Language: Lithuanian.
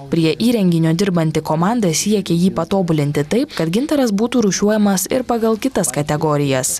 prie įrenginio dirbanti komanda siekia jį patobulinti taip kad gintaras būtų rūšiuojamas ir pagal kitas kategorijas